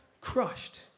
crushed